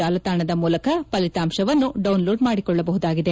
ಜಾಲತಾಣದ ಮೂಲಕ ಫಲಿತಾಂತವನ್ನು ಡೌನ್ನೋಡ್ ಮಾಡಿಕೊಳ್ಳಬಹುದಾಗಿದೆ